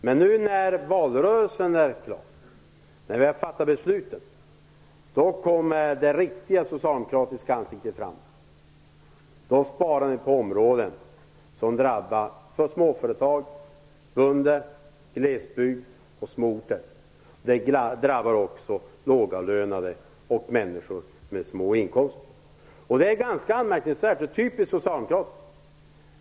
Men nu när valrörelsen är över och vi fattar besluten, då kommer det riktiga socialdemokratiska ansiktet fram, då sparar ni på områden som drabbar småföretag, bönder, glesbygd och små orter. Det drabbar också lågavlönade och människor med små inkomster. Det är ganska anmärkningsvärt och typiskt socialdemokratiskt.